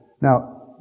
Now